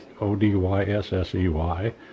O-D-Y-S-S-E-Y